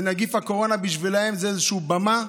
ונגיף הקורונה בשבילם הוא איזושהי במה,